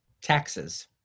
Taxes